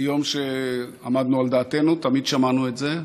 מיום שעמדנו על דעתנו תמיד שמענו את זה,